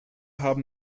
haben